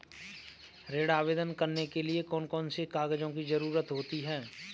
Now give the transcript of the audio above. ऋण आवेदन करने के लिए कौन कौन से कागजों की जरूरत होती है?